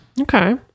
Okay